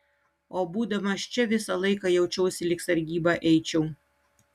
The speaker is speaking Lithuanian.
o būdamas čia visą laiką jaučiausi lyg sargybą eičiau